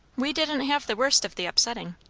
we didn't have the worst of the upsetting.